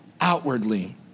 outwardly